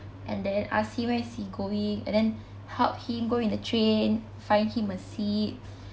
and then ask him where's he going and then help him go in the train find him a seat